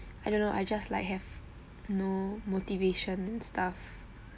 I don't know I just like have no motivation and stuff